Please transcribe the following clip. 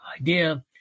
idea